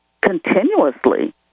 continuously